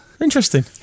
Interesting